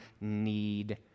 need